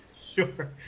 Sure